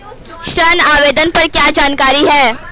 ऋण आवेदन पर क्या जानकारी है?